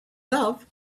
love